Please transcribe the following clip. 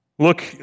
Look